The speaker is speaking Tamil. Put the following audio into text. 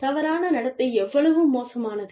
தவறான நடத்தை எவ்வளவு மோசமானது